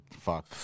Fuck